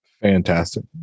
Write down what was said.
Fantastic